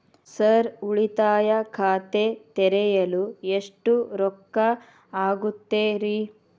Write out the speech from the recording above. Sir ಉಳಿತಾಯ ಖಾತೆ ತೆರೆಯಲು ಎಷ್ಟು ರೊಕ್ಕಾ ಆಗುತ್ತೇರಿ?